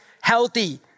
healthy